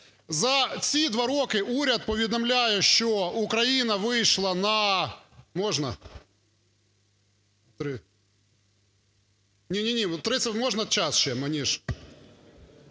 За ці два роки уряд повідомляє, що Україна вийшла на… Можна, ні-ні, можна час ще мені?